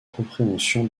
compréhension